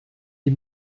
die